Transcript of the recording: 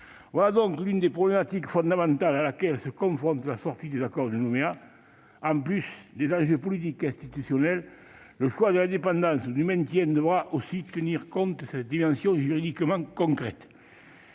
Voilà donc l'une des problématiques fondamentales à laquelle se confronte la sortie des accords de Nouméa. En plus des enjeux politiques et institutionnels, le choix de l'indépendance ou du maintien devra aussi tenir compte de cette dimension juridiquement concrète.